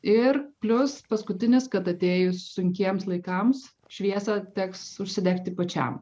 ir plius paskutinis kad atėjus sunkiems laikams šviesą teks užsidegti pačiam